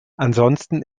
ansonsten